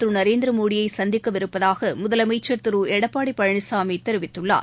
கஜ திருநரேந்திரமோடியைசந்திக்க இருப்பதாகமுதலமைச்சா் திருளடப்பாடிபழனிசாமிதெரிவித்துள்ளார்